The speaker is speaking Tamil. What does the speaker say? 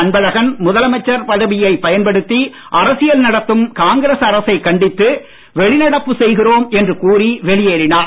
அன்பழகன் முதலமைச்சர் பதவியை பயன்படுத்தி அரசியல் நடத்தும் காங்கிரஸ் அரசை கண்டித்து வெளிநடப்பு செய்கின்றோம் என்று கூறி வெளியேறினார்